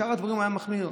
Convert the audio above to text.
בשאר הדברים היה מחמיר.